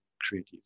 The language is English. creative